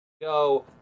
go